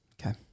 Okay